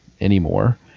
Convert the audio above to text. anymore